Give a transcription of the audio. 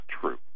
true